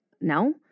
No